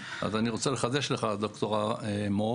אז אני רוצה לחדש לך, ד"ר מור,